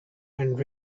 and